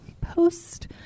post